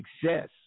success